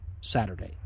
Saturday